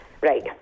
Right